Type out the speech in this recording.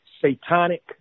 satanic